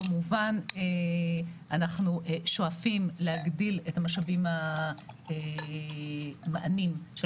כמובן אנחנו שואפים להגדיל את המענים של